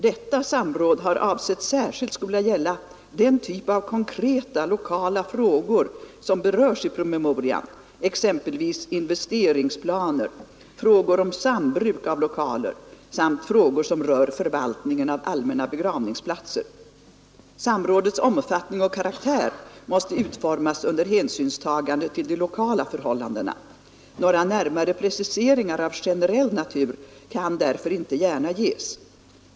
Detta samråd har avsetts särskilt skola gälla den typ av konkreta, lokala frågor som berörs i promemorian, exempelvis investeringsplaner, frågor om sambruk av lokaler samt frågor som rör förvaltningen av allmänna begravningsplatser. Samrådets omfattning och karaktär måste utformas under hänsynstagande till de lokala förhållandena. Några närmare preciseringar av generell natur kan därför inte gärna ges.